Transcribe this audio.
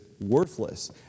worthless